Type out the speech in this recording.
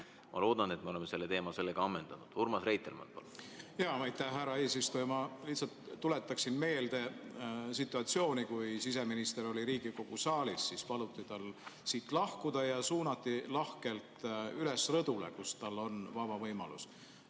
Ma loodan, et me oleme selle teema sellega ammendanud. Urmas Reitelmann, palun! Aitäh, härra eesistuja! Ma lihtsalt tuletan meelde situatsiooni, kus siseminister oli Riigikogu saalis ja tal paluti siit lahkuda ning ta suunati lahkelt üles rõdule, kus tal oli vaba võimalus